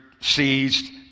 seized